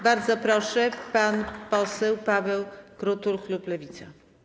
Bardzo proszę, pan poseł Paweł Krutul, klub Lewica.